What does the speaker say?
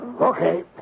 Okay